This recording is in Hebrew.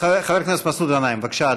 חבר הכנסת מסעוד גנאים, בבקשה,